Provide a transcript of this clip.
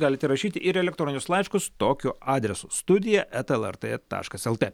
galite rašyti ir elektorinius laiškus tokiu adresu studija eta el er t taškas el t